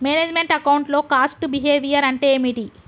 Manage meant account లో cost behaviour అంటే ఏమిటి?